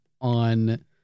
on